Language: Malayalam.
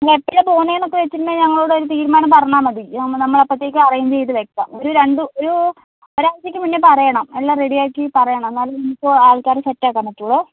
നിങ്ങളെപ്പോഴാണ് പോകുന്നതെന്നൊക്കെ വെച്ചിട്ടുണ്ടെങ്കില് ഞങ്ങളോടൊരു തീരുമാനം പറഞ്ഞാല് മതി നമ്മള് അപ്പോഴത്തേക്ക് അറേഞ്ച് ചെയ്തുവെയ്ക്കാം ഒരു രണ്ട് ഒരു ഒരാഴ്ചയ്ക്ക് മുന്നേ പറയണം എല്ലാം റെഡിയാക്കി പറയണം എന്നാലെ ഞങ്ങൾക്ക് ആൾക്കാരെ സെറ്റാക്കാൻ പറ്റുകയുള്ളൂ